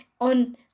on